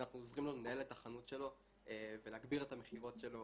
אנחנו עוזרים לו לנהל את החנות שלו להגביר את המכירות שלו